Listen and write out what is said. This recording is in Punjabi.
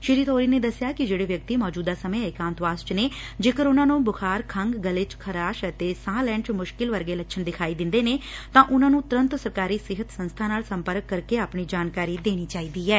ਸ੍ਰੀ ਥੋਰੀ ਨੇ ਦਸਿਆ ਕੈ ਜਿਹੜੇ ਵਿਅਕਤੀ ਮੌਜੂਦਾ ਸਮੇਂ ਏਕਾਂਤਵਾਸ ਵਿਚ ਨੇ ਜੇਕਰ ਉਨ੍ਹਾ ਨੂੰ ਬੁਖ਼ਾ ਖੰਘ ਗਲੇ ਚ ਖਰਾਸ਼ ਅਤੇ ਸਾਹ ਲੈਣ ਚ ਮੁਸ਼ਕਿਲ ਵਰਗੇ ਲੱਛਣ ਦਿਖਾਈ ਦਿਂਦੇ ਨੇ ਤਾ ਉਨੂਾ ਨੂੰ ਤੁਰੰਤ ਸਰਕਾਰੀ ਸਿਹਤ ਸੰਸਬਾ ਨਾਲ ਸੰਪਰਕ ਕਰਕੇ ਆਪਣੀ ਜਾਣਕਾੀ ਦੇਣੀ ਚਾਹੀਦੀ ਐ